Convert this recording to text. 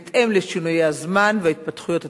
בהתאם לשינויי הזמן וההתפתחויות הטכנולוגיות,